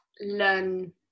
learn